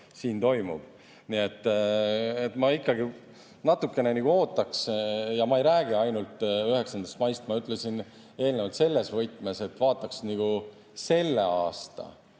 toimub. Nii et ma ikkagi natukene ootaks. Ja ma ei räägi ainult 9. maist, ma rääkisin eelnevalt selles võtmes, et vaataks kogu aasta